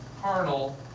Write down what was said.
carnal